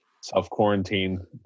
self-quarantine